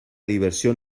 diversión